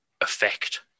effect